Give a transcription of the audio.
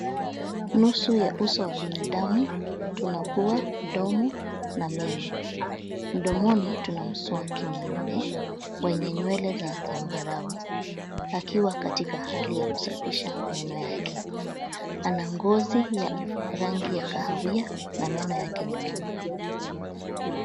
Nusu ya uso wa binadamu, tuna pua , mdomo na meno. Mdomoni tuna mswaki mweupe wenye nywele za zambarau akiwa katika hali ya kusafisha meno yake, ana ngozi ya rangi ya kahawia na meno yake ni meupe